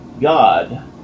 God